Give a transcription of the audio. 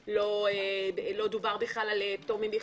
לא דובר על פטור ממכרז.